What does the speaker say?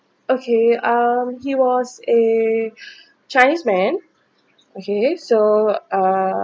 okay um he was a chinese man okay so uh